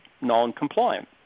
non-compliant